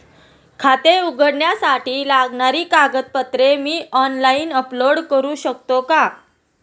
खाते उघडण्यासाठी लागणारी कागदपत्रे मी ऑनलाइन अपलोड करू शकतो का?